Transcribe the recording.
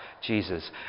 Jesus